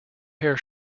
hair